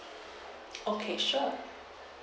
okay sure